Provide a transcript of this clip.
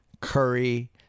Curry